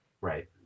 Right